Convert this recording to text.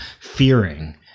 fearing